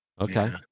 Okay